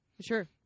Sure